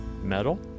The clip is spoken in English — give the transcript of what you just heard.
metal